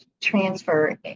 transfer